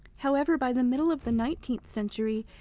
however, by the middle of the nineteenth century,